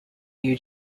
new